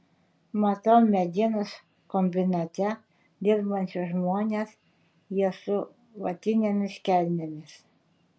matau medienos kombinate dirbančius žmones jie su vatinėmis kelnėmis